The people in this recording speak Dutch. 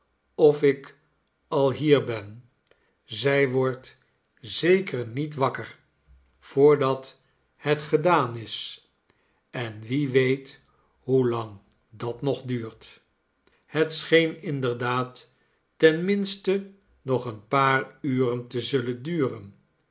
of ik al hier ben zij wordt zeker niet wakker voordat het gedaan is en wie weet hoe iang dat nog duurt het scheen inderdaad ten minste nog een paar uren te zullen duren